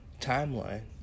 timeline